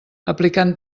aplicant